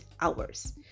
hours